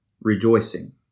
rejoicing